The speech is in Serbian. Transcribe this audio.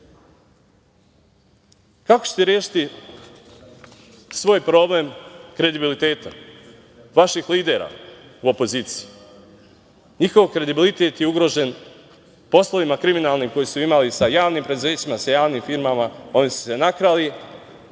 Kako ćete rešiti svoj problem kredibiliteta vaših lidera u opoziciji? Njihov kredibilitet je ugrožen poslovima kriminalnim koje su imali sa javnim preduzećima, sa javnim firmama, oni su se nakrali,